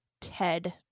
ted